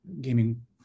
gaming